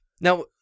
Now